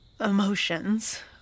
emotions